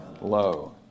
Low